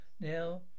Now